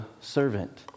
servant